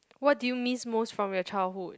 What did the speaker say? what do you miss most from your childhood